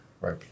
Right